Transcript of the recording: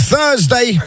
Thursday